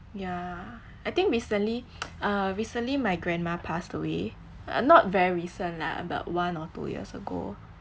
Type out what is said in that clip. yeah I think recently uh recently my grandma passed away uh not very recent lah about one or two years ago